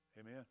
amen